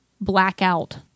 Blackout